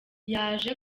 yaje